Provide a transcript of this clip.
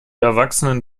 erwachsenen